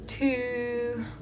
Two